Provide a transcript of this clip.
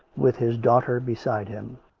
with his daughter beside him,